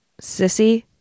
Sissy